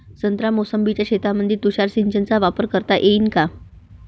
संत्रा मोसंबीच्या शेतामंदी तुषार सिंचनचा वापर करता येईन का?